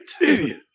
Idiot